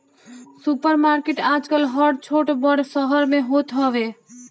super market आजकल हर छोट बड़ शहर में होत हवे